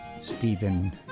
Stephen